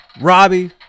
Robbie